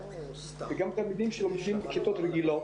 וגם תלמידים שלומדים בכיתות רגילות,